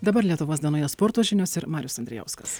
dabar lietuvos dienoje sporto žinios ir marius andrijauskas